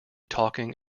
talking